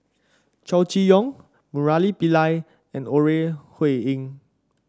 Chow Chee Yong Murali Pillai and Ore Huiying